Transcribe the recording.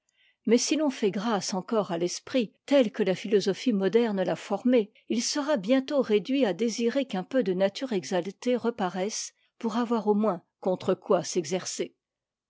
mais si l'on fait grâce encore à l'esprit tel que la philosophie moderne l'a formé il sera bientôt réduit à désirer qu'un peu de nature exaltée reparaisse pour avoir au moins contre quoi s'exercer